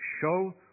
Show